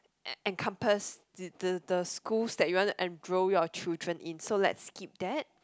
e~ encompass the the the school that you want to enroll your children in so let's skip that